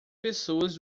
pessoas